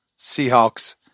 Seahawks